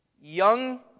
young